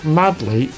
madly